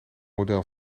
model